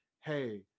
hey